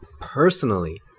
personally